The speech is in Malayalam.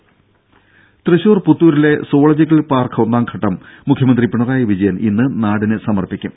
രുഭ തൃശൂർ പുത്തൂരിലെ സുവോളജിക്കൽ പാർക്ക് ഒന്നാംഘട്ടം മുഖ്യമന്ത്രി പിണറായി വിജയൻ ഇന്ന് നാടിന് സമർപ്പിക്കും